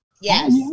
Yes